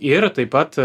ir taip pat